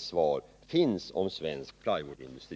svaret finns om svensk plywoodindustri.